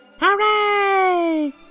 Hooray